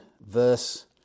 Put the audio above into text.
verse